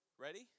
ready